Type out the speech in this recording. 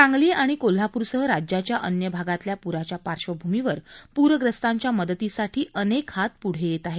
सांगली आणि कोल्हापूरसह राज्याच्या अन्य भागातल्या पुराच्या पार्श्वभूमीवर प्रग्रस्तांच्या मदतीसाठी अनेक हात पुढे येत आहे